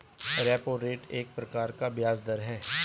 repo rate एक प्रकार का ब्याज़ दर है